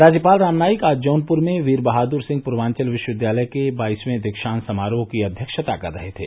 राज्यपाल राम नाईक आज जौनपुर में वीर बहादुर सिंह पूर्वाचल विश्वविद्यालय के बाइसवे दीक्षांत समारोह की अध्यक्षता कर रहे थे